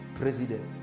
president